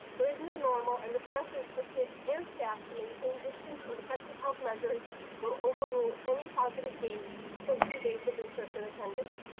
there's no normal, and the stressors for kids and staff to maintain distance and effective health measures will overrule any positive gains from two days of in-person attendance.